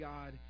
God